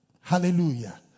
Hallelujah